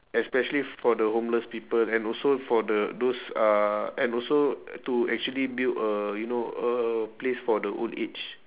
especially for the homeless people and also for the those uh and also to actually build a you know a place for the old age